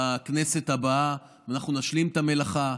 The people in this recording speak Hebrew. בכנסת הבאה אנחנו נשלים את המלאכה.